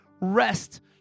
rest